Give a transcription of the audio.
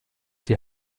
die